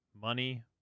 money